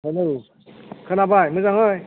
hello खोनाबाय मोजाङै